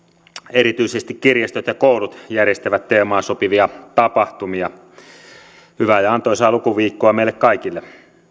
erityisesti kirjastot ja koulut järjestävät teemaan sopivia tapahtumia hyvää ja antoisaa lukuviikkoa meille kaikille